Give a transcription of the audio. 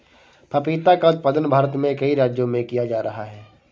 पपीता का उत्पादन भारत में कई राज्यों में किया जा रहा है